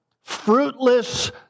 fruitless